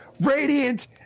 radiant